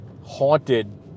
haunted